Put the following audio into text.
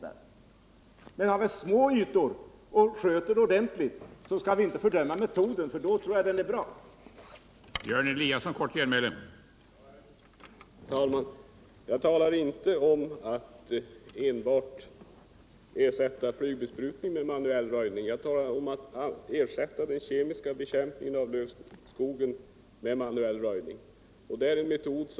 Om det gäller små ytor och man sköter flygbesprutningen rätt skall vi inte fördöma metoden, för under sådana förhållanden tror jag att den är bra.